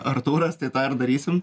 artūras tai tą ir darysim